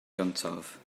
gyntaf